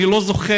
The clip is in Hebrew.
אני לא זוכר,